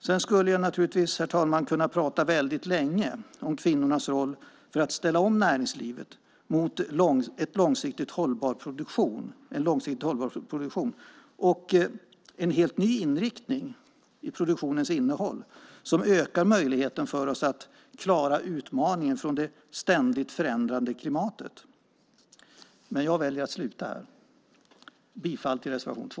Jag skulle, herr talman, kunna prata länge om kvinnornas roll för att ställa om näringslivet till långsiktigt hållbar produktion och en helt ny inriktning i produktionens innehåll som ökar möjligheten för oss att klara utmaningen från det ständigt förändrade klimatet. Men jag väljer att sluta här och yrkar bifall till reservation 2.